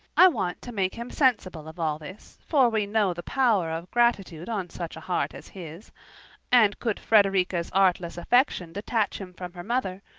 i want to make him sensible of all this, for we know the power of gratitude on such a heart as his and could frederica's artless affection detach him from her mother,